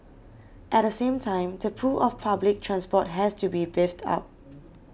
at the same time the pull of public transport has to be beefed up